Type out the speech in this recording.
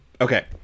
Okay